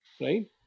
right